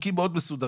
חוקים מאוד מסודרים